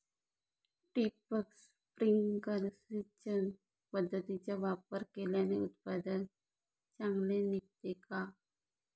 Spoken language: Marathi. ठिबक, स्प्रिंकल सिंचन पद्धतीचा वापर केल्याने उत्पादन चांगले निघते का?